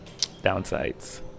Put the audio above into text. downsides